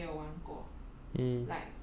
angry bird hor 都没有玩过